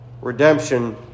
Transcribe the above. Redemption